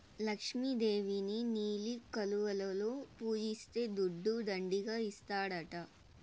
లక్ష్మి దేవిని నీలి కలువలలో పూజిస్తే దుడ్డు దండిగా ఇస్తాడట